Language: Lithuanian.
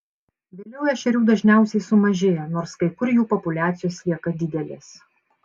vėliau ešerių dažniausiai sumažėja nors kai kur jų populiacijos lieka didelės